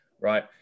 right